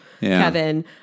Kevin